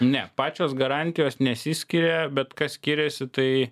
ne pačios garantijos nesiskiria bet kas skiriasi tai